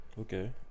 Okay